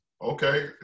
Okay